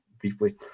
briefly